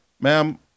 ma'am